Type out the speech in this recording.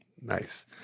Nice